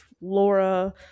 Laura